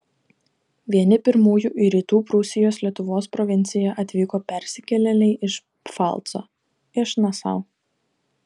vieni pirmųjų į rytų prūsijos lietuvos provinciją atvyko persikėlėliai iš pfalco iš nasau